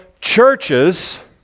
churches